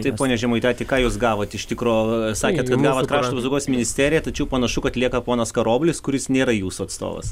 taip pone žemaitaiti ką jūs gavot iš tikro sakėt kad gavot krašto apsaugos ministeriją tačiau panašu kad lieka ponas karoblis kuris nėra jūsų atstovas